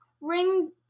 ring